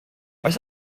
oes